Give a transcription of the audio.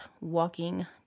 walking